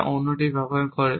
যা একটি অন্যটি ব্যবহার করে